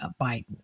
Biden